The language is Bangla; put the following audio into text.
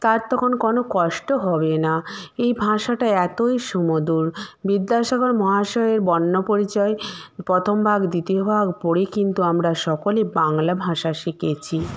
তার তখন কোনো কষ্ট হবে না এই ভাষাটা এতই সুমধুর বিদ্যাসাগর মহাশয়ের বর্ণপরিচয় প্রথম ভাগ দ্বিতীয় ভাগ পড়েই কিন্তু আমরা সকলেই বাংলা ভাষা শিখেছি